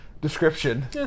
description